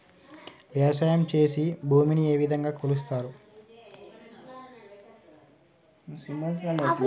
వ్యవసాయం చేసి భూమిని ఏ విధంగా కొలుస్తారు?